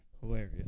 hilarious